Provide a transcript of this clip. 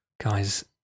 Guys